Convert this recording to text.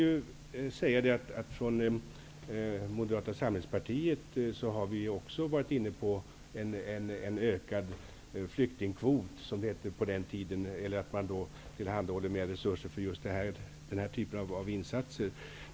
Herr talman! Från Moderata samlingspartiet har vi också varit inne på en ökad flyktingkvot, som det tidigare hette, eller att man tillhandahåller mer resurser för just den här typen av insatser.